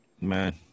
Man